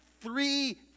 three